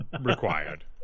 required